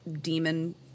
demon